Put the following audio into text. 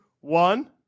one